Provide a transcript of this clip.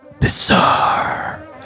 Bizarre